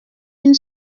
une